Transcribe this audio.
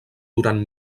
durant